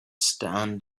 stand